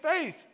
faith